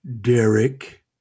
Derek